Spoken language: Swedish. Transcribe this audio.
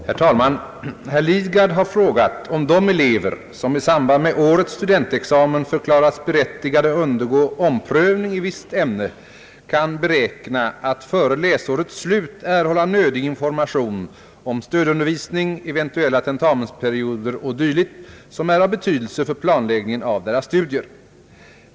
Herr talman! Herr Lidgard har frågat om de elever, som i samband med årets studentexamen förklarats berättigade undergå omprövning i visst ämne, kan beräkna att före läsårets slut erhålla nödig information om stödundervisning, eventuella tentamensperioder o. d., som är av betydelse för planläggningen av deras studier.